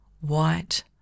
white